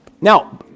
Now